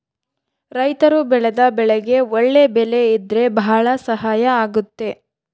ರೈತರು ಬೆಳೆದ ಬೆಳೆಗೆ ಒಳ್ಳೆ ಬೆಲೆ ಇದ್ರೆ ಭಾಳ ಸಹಾಯ ಆಗುತ್ತೆ